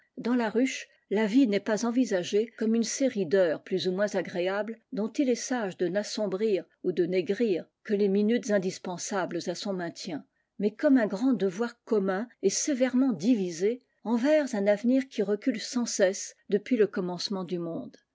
dans la ruche la vie n'est pas envisagée comme une série d'heures plus ou moins agréables dont il est sage de n'assombrir et de n'aigrir que les s lutes indispensables à son maintien mais f ime un grand devoir commun et sévèrement i isé enyers un avenir qui recule sans cesse depuis le commencement du monde